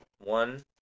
One